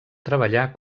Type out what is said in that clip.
treballar